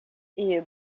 est